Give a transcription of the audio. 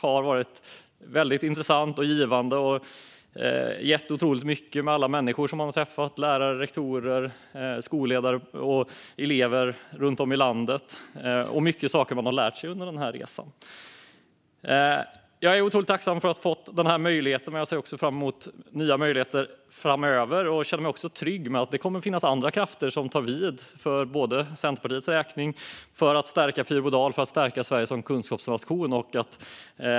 Det har gett otroligt mycket i och med alla människor jag har träffat - lärare, rektorer, skolledare och elever runt om i landet. Jag har lärt mig mycket under den här resan. Jag är otrolig tacksam för att ha fått denna möjlighet, men jag ser också fram emot nya möjligheter framöver. Jag känner mig trygg med att det kommer att finnas andra krafter som tar vid både för Centerpartiets räkning, för att stärka Fyrbodal och för att stärka Sverige som kunskapsnation.